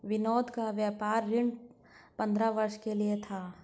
विनोद का व्यापार ऋण पंद्रह वर्ष के लिए था